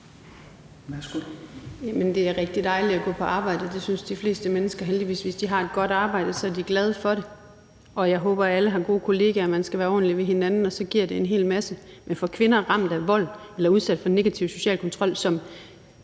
det er rigtig dejligt at gå på arbejde, og det synes de fleste mennesker heldigvis også. Hvis de har et godt arbejde, er de glade for det, og jeg håber, at alle har gode kollegaer. Man skal være ordentlig ved hinanden, og så giver det en hel masse, men for kvinder ramt af vold eller udsat for negativ social kontrol,